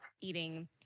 eating